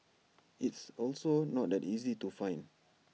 it's also not that easy to find